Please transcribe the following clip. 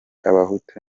abahutu